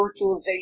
virtualization